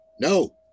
No